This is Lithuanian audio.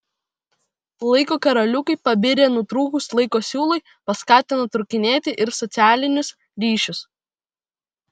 laiko karoliukai pabirę nutrūkus laiko siūlui paskatino trūkinėti ir socialinius ryšius